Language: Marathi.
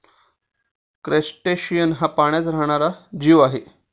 क्रस्टेशियन हा पाण्यात राहणारा जीव आहे